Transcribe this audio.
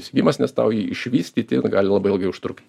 įsigijimas nes tau jį išvystyti gali labai ilgai užtrukt